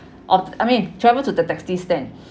of I mean travel to the taxi stand